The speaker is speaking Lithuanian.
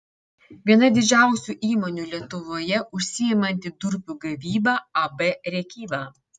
viena didžiausių įmonių lietuvoje užsiimanti durpių gavyba ab rėkyva